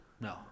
No